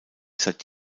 seit